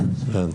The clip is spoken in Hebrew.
יש פה נהלים.